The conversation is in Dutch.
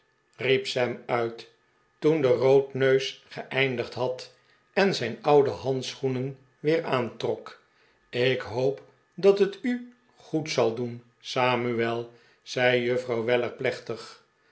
riep sam uit toen de roodneus geeindigd had en zijn oude handschoenen weer aantrok ik hoop dat het u goed zal doen samuel zei juffrouw weller plechtig